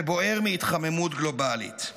ובוער מהתחממות גלובלית.